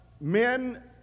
men